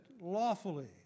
lawfully